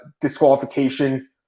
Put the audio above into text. disqualification